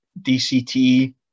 DCT